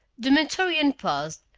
the mentorian paused,